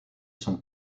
son